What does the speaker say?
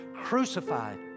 crucified